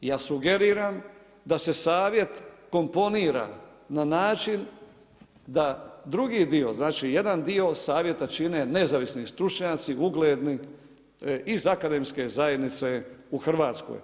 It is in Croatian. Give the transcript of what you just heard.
Ja sugeriram da se savjet komponira na način da drugi dio, znači jedan dio savjeta čine nezavisni stručnjaci ugledni iz akademske zajednice u Hrvatskoj.